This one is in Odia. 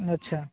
ଆଚ୍ଛା